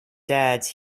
dad’s